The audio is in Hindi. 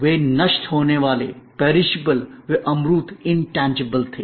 वे नष्ट होनेवाला पेरिशेबल perishable वे अमूर्त थे